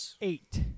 eight